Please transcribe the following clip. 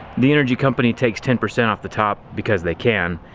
the energy company takes ten percent off the top because they can,